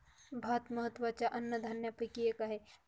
भात महत्त्वाच्या अन्नधान्यापैकी एक आहे